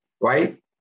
right